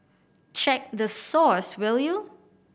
check the source will you